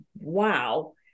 wow